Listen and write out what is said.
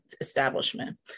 establishment